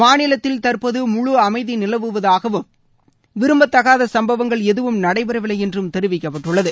மாநிலத்தில் தற்போது முழு அமைதி நிலவுவதாகவும் விரும்பதகாத சம்பவங்கள் எதுவும் நடைபெறவில்லை என்றும் தெரிவிக்கப்பட்டுள்ளது